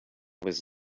was